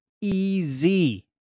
easy